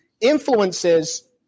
influences